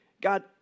God